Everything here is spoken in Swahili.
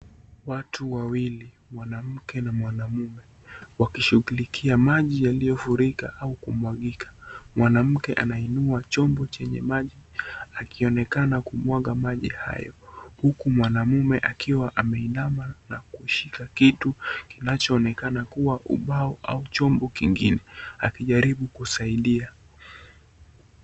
Watu wawili mwanamke na mwanaume wakishughulikia maji yaliyofurika kumwagika. Mwanamke anainua chombo chenye maji akionekana kumwaga maji hayo huku mwanamme akiwa ameinama na kushika kitu kinachoonekana kuwa ubao au chombo kingine akijaribu kusaidia.